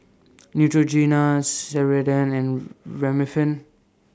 Neutrogena Ceradan and Remifemin